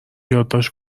یادداشت